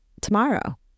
tomorrow